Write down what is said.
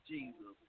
Jesus